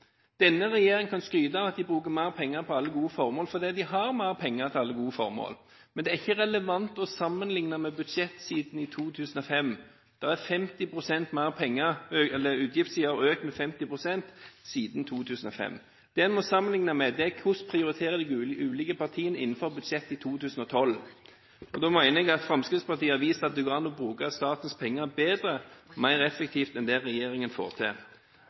Denne regjeringen kan skryte av at de bruker mer penger på alle gode formål, fordi de har mer penger til alle gode formål. Men det er ikke relevant å sammenligne med budsjett fra 2005 – utgiftssiden har økt med 50 pst. siden 2005. Det en må sammenligne, er hvordan de ulike partiene prioriterer innenfor budsjettet for 2012. Da mener jeg at Fremskrittspartiet har vist at det går an å bruke statens penger bedre og mer effektivt enn det regjeringen får til.